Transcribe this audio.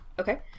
Okay